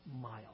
mile